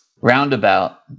Roundabout